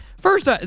first